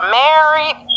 married